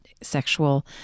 sexual